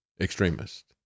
extremist